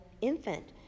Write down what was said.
infant